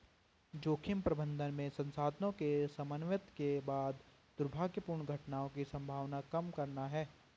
जोखिम प्रबंधन में संसाधनों के समन्वित के बाद दुर्भाग्यपूर्ण घटनाओं की संभावना कम करना है